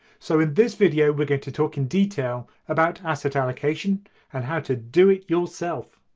so in this video we're going to talk in detail about asset allocation and how to do it yourself!